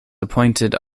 appointed